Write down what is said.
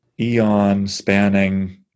eon-spanning